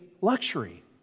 luxury